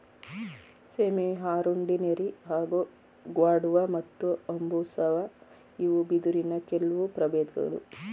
ಸೆಮಿಅರುಂಡಿನೆರಿ ಹಾಗೂ ಗ್ವಾಡುವ ಮತ್ತು ಬಂಬೂಸಾ ಇವು ಬಿದಿರಿನ ಕೆಲ್ವು ಪ್ರಬೇಧ್ಗಳು